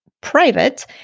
private